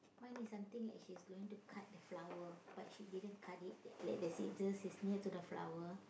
mine is something like she's going to cut the flower but she didn't cut it like like the scissors is near to the flower